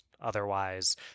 otherwise